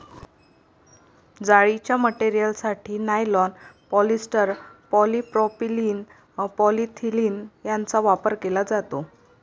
जाळीच्या मटेरियलसाठी nylon, polyester, polypropylene, polyethylene यांचा वापर केला जातो